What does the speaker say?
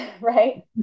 right